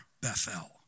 Bethel